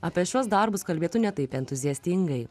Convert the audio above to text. apie šiuos darbus kalbėtų ne taip entuziastingai